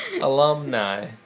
alumni